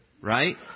right